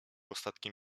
ostatkiem